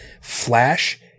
flash